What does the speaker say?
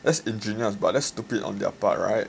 that's ingenious but that's stupid on their part right